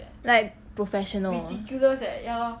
like professional